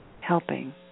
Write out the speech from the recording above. helping